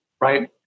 right